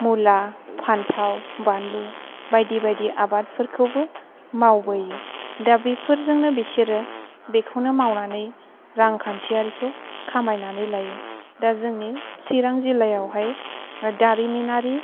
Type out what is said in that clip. मुला फान्थाव बानलु बाइदि बाइदि आबादफोरखौबो मावबोयो दा बिफोरजोंनो बिसोरो बिखौनो मावनानै रांखान्थियारिखौ खामाइनानै लायो दा जोंनि सिरां जिल्लायावहाय दारिमिनारि